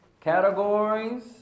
categories